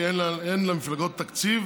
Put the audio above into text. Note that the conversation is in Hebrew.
כי אין למפלגות תקציב